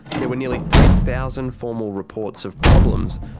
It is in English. there were nearly three thousand formal reports of problems,